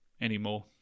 anymore